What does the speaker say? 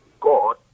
god